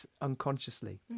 unconsciously